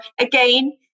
again